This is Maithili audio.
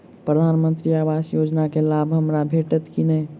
प्रधानमंत्री आवास योजना केँ लाभ हमरा भेटतय की नहि?